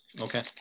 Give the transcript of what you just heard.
Okay